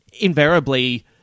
invariably